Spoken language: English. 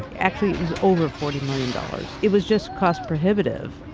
actually, it's over forty million dollars. it was just cost prohibitive,